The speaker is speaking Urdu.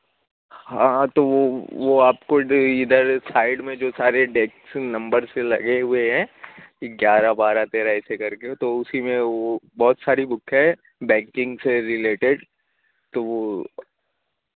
ہاں تو وہ وہ آپ کو ادھر ہی ادھر سائڈ میں جو سارے ڈسس نمبر سے لگے ہوئے ہیں گیارہ بارہ تیرہ ایسے کر کے تو اسی میں وہ بہت ساری بک ہے بینکنگ سے ریلیٹیڈ تو وہ